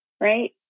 right